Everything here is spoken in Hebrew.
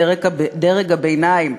דרג הביניים,